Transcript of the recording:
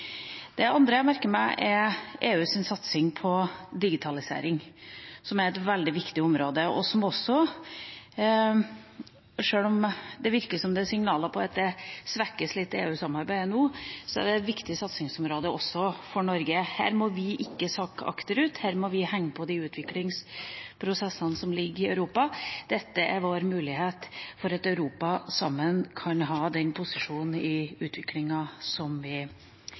Det andre jeg merker meg, er EUs satsing på digitalisering, som er et veldig viktig område, og som også – sjøl om det virker som det er signaler om at EU-samarbeidet svekkes litt nå – er et viktig satsingsområde også for Norge. Her må vi ikke sakke akterut, her må vi henge med på de utviklingsprosessene som er i Europa. Dette er vår mulighet for at Europa sammen kan ha den posisjonen i utviklingen som vi